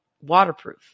waterproof